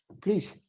please